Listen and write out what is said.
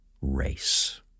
race